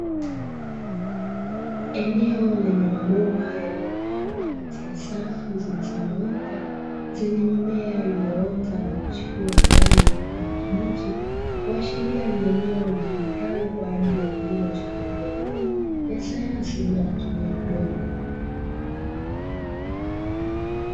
Eneo lenye mabomba yaliyopangwa katika safu zilizonyooka zenye mimea iliyoota na kuchipua kwa rangi ya kijani kibichi, kuashiria ni eneo litumikalo kwaajili ya kilimo cha haidroponi ya sayansi bila kutumia udongo.